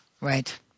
right